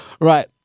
Right